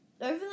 Over